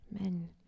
Amen